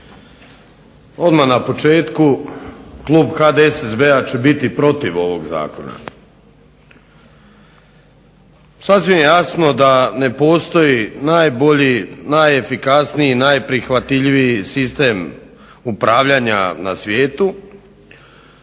Odmah na početku klub HDSSB-a će biti protiv ovog zakona. Sasvim je jasno da ne postoji najbolji, najefikasniji, najprihvatljiviji sistem upravljanja na svijetu